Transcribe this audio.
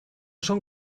son